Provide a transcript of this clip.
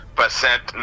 percent